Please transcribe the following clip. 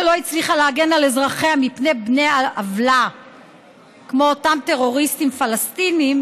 שלא הצליחה להגן על אזרחיה מפני בני עוולה כמו אותם טרוריסטים פלסטינים,